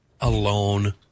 alone